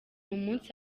umunsi